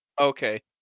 Okay